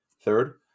Third